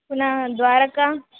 पुनः द्वारकाम्